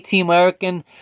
American